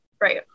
Right